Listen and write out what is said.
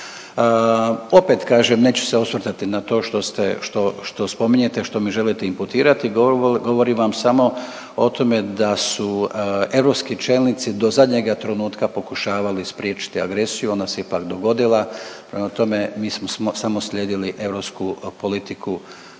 Opet kažem, neću se osvrtati na to što ste što što spominjete, što mi želite imputirati. Govorim vam samo o tome da su europski čelnici do zadnjega trenutka pokušavali spriječiti agresiju. Ona se ipak dogodila. Prema tome mi smo samo slijedili europsku politiku